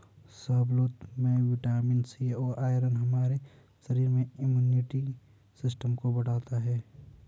शाहबलूत में vitamin C और आयरन हमारे शरीर में इम्युनिटी सिस्टम को बढ़ता है